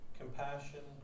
compassion